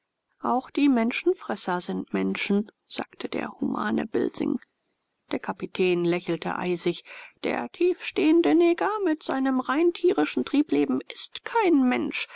auch die menschenfresser sind menschen sagte der humane bilsing der kapitän lächelte eisig der tiefstehende neger mit seinem rein tierischen triebleben ist kein mensch